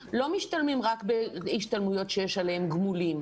לא משתלמים רק בהשתלמויות שיש עליהם גמולים,